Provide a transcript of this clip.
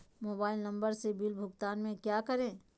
Mobile number से bill भुगतान में क्या करें?